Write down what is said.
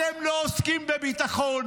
אתם לא עוסקים בביטחון.